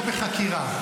אני לא בחקירה.